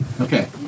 Okay